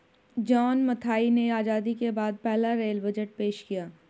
John Mathai ने आजादी के बाद पहला रेल बजट पेश किया